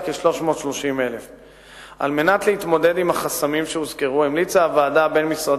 330,000. על מנת להתמודד עם החסמים שהוזכרו המליצה הוועדה הבין-משרדית,